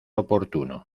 oportuno